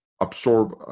absorb